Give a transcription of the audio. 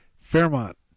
Fairmont